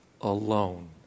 alone